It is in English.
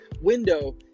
window